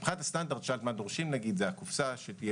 מבחינת הסטנדרט דורשים את הקופסה כדי